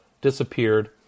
disappeared